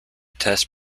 test